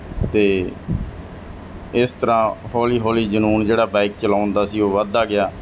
ਅਤੇ ਇਸ ਤਰ੍ਹਾਂ ਹੌਲੀ ਹੌਲੀ ਜਨੂੰਨ ਜਿਹੜਾ ਬਾਈਕ ਚਲਾਉਣ ਦਾ ਸੀ ਉਹ ਵੱਧਦਾ ਗਿਆ